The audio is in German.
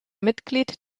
mitglied